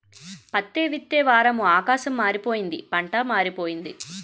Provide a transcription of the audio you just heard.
పత్తే విత్తే వారము ఆకాశం మారిపోయింది పంటా మారిపోయింది